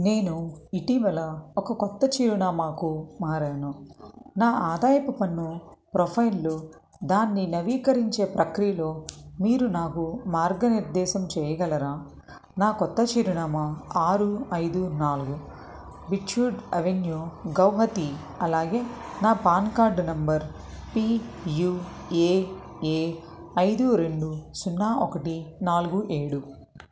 నేను ఇటీవల ఒక కొత్త చిరునామాకు మారాను నా ఆదాయపు పన్ను ప్రోఫైల్లో దాన్ని నవీకరించే ప్రక్రియలో మీరు నాకు మార్గనిర్దేశం చేయగలరా నా కొత్త చిరునామా ఆరు ఐదు నాలుగు బీచ్వుడ్ అవెన్యూ గౌహతి అలాగే నా PAN card number P U A A ఐదు రెండు సున్నా ఒకటి నాలుగు ఏడు